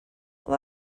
that